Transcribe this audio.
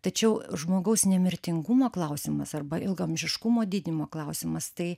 tačiau žmogaus nemirtingumo klausimas arba ilgaamžiškumo didinimo klausimas tai